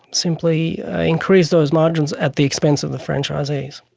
simply increase those margins at the expense of the franchisees.